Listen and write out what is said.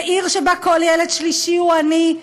בעיר שבה כל ילד שלישי הוא עני,